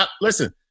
Listen